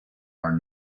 are